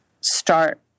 start